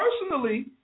personally